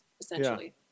essentially